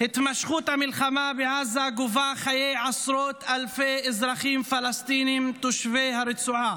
התמשכות המלחמה בעזה גובה חיי עשרות אלפי אזרחים פלסטינים תושבי הרצועה,